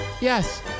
Yes